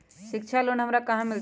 शिक्षा लोन हमरा कहाँ से मिलतै?